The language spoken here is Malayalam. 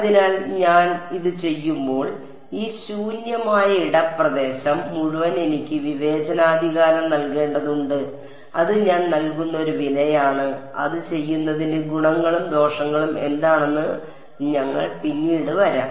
അതിനാൽ ഞാൻ ഇത് ചെയ്യുമ്പോൾ ഈ ശൂന്യമായ ഇട പ്രദേശം മുഴുവൻ എനിക്ക് വിവേചനാധികാരം നൽകേണ്ടതുണ്ട് അത് ഞാൻ നൽകുന്ന ഒരു വിലയാണ് അത് ചെയ്യുന്നതിന്റെ ഗുണങ്ങളും ദോഷങ്ങളും എന്താണെന്ന് ഞങ്ങൾ പിന്നീട് വരാം